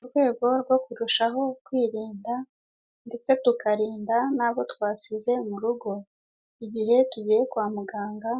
Mu rwego rwo kurushaho kwirinda ndetse tukarinda n'abo twasize mu rugo, igihe tugiye kwa muganga